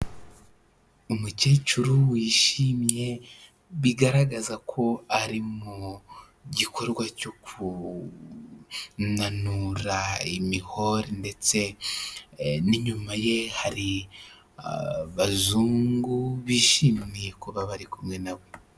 Umukecuru wishimye, bigaragaza ko ari mu gikorwa cyo kunanura imihore, ndetse n'inyuma ye hari abazungu bishimiye kuba bari kumwe na we.